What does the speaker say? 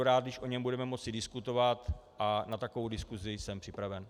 Budu rád, když o něm budeme moci diskutovat, a na takovou diskusi jsem připraven.